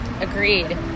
Agreed